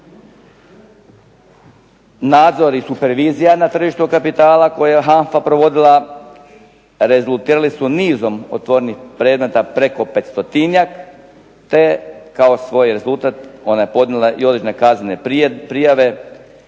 Nadzori supervizija na tržištu kapitala koje je HANFA provodila rezultirali su nizom otvorenih predmeta, preko 500-njak, te kao svoj rezultat ona je podnijela i određene kaznene prijave